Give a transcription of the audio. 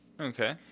Okay